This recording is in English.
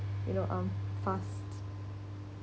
you know um fast